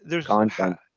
content